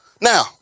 Now